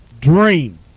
dream